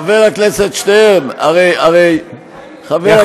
חבר הכנסת שטרן, הרי, אז תן לי לענות.